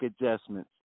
adjustments